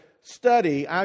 study